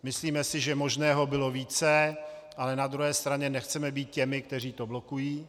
Myslíme si, že možného bylo více, ale na druhé straně nechceme být těmi, kteří to blokují.